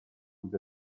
would